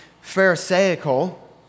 pharisaical